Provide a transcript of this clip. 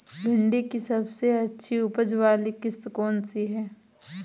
भिंडी की सबसे अच्छी उपज वाली किश्त कौन सी है?